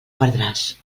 perdràs